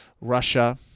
Russia